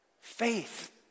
faith